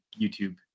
YouTube